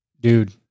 dude